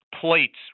plates